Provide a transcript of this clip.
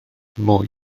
mwy